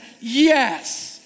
yes